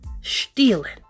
stealing